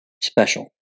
special